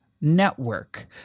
Network